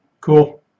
Cool